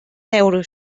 euros